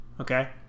okay